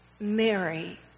Mary